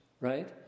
right